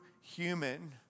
human